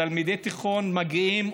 תלמידי תיכון מגיעים,